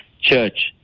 Church